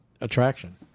attraction